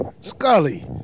Scully